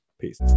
Peace